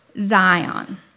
Zion